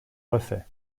refaits